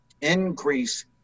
increase